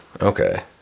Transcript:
okay